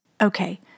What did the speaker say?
Okay